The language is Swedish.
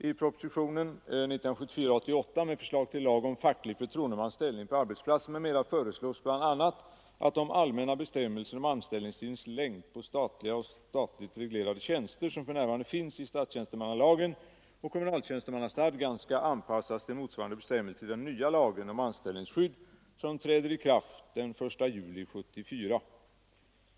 I propositionen 88 år 1974 med förslag till lag om facklig förtroendemans ställning på arbetsplatsen m.m. föreslås bl.a. att de allmänna bestämmelser om anställningstidens längd på statliga och statligt reglerade tjänster som för närvarande finns i statstjänstemannalagen och kommunaltjänstemannastadgan skall anpassas till motsvarande bestämmelser i den nya lagen om anställningsskydd som träder i kraft den 1 juli 1974.